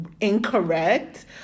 incorrect